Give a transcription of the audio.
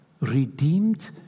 redeemed